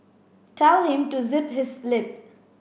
tell him to zip his lip